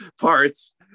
parts